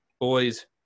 boys